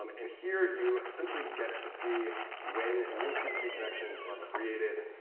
um and here you essentially get to see when new tcp connections are created